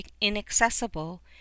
inaccessible